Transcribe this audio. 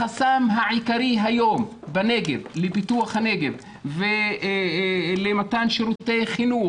החסם העיקרי היום לפיתוח הנגב ולמתן שירותי חינוך,